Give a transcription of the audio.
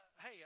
hey